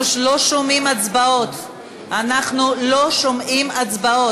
בעד ינון מגל,